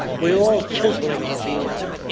we're all chiseling off each other,